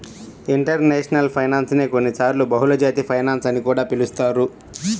international finance నే కొన్నిసార్లు బహుళజాతి ఫైనాన్స్ అని కూడా పిలుస్తారు